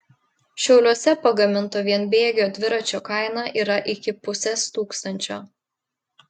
šiauliuose pagaminto vienbėgio dviračio kaina yra iki pusės tūkstančio